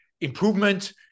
improvement